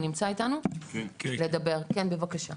בבקשה.